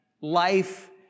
life